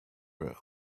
early